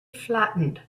flattened